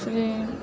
friend